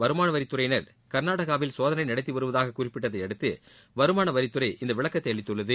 வருமான வரித்துறையினர் கர்நாடகாவில் சோதனை நடத்தி வருவதாக குறிப்பிட்டதை அடுத்து வருமான வரித்துறை இந்த விளக்கத்தை அளித்துள்ளது